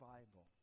Bible